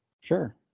Sure